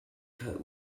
cut